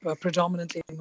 predominantly